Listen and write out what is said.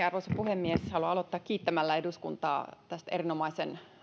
arvoisa herra puhemies haluan aloittaa kiittämällä eduskuntaa tästä erinomaisen